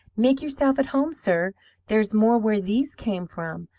make yourself at home, sir there's more where these came from.